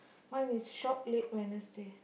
mine is shop late Wednesday